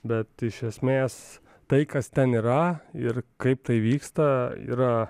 bet iš esmės tai kas ten yra ir kaip tai vyksta yra